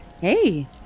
Hey